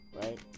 right